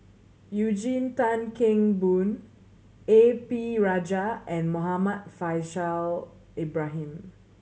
Eugene Tan Kheng Boon A P Rajah and Muhammad Faishal Ibrahim